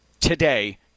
today